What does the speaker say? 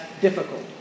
difficult